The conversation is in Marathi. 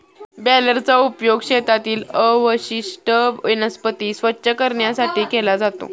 बेलरचा उपयोग शेतातील अवशिष्ट वनस्पती स्वच्छ करण्यासाठी केला जातो